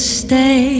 stay